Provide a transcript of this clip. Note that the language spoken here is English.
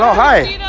ah hi